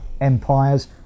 empires